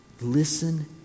Listen